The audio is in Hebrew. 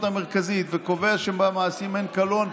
המרכזית והוא היה קובע שבמעשים אין קלון,